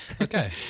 Okay